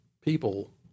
people